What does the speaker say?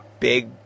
big